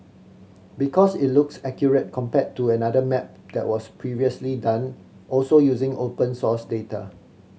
because it looks accurate compared to another map that was previously done also using open source data